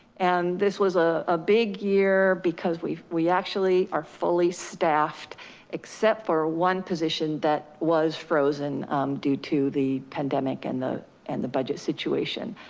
and this was a ah big year because we we actually are fully staffed except for one position that was frozen due to the pandemic and the and the budget situation.